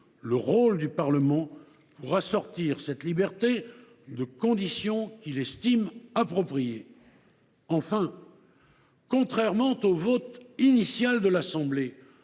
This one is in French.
le rôle du Parlement pour assortir cette liberté de conditions qu’il estime appropriées. Enfin, contrairement à ce qu’avait voté l’Assemblée